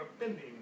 offending